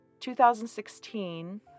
2016